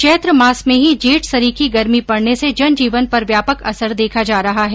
चैत्र मास में ही जेठ सरीखी गर्मी पडने से जनजीवन पर व्यापक असर देखा जा रहा है